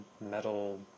metal